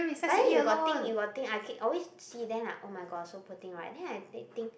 but then you got think you got think I can always see them like oh-my-god so poor thing right then I thin~ think